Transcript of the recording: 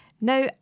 Now